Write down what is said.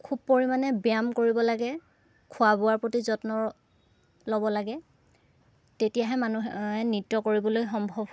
খুব পৰিমাণে ব্যায়াম কৰিব লাগে খোৱা বোৱাৰ প্ৰতি যত্ন ল'ব লাগে তেতিয়াহে মানুহে নৃত্য কৰিবলৈ সম্ভৱ হয়